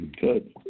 good